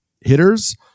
hitters